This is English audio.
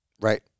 Right